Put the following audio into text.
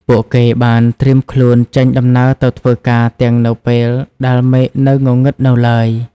ពួកគេបានត្រៀមខ្លួនចេញដំណើរទៅធ្វើការទាំងនៅពេលដែលមេឃនៅងងឹតនៅឡើយ។